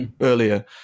earlier